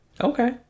Okay